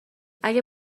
اگه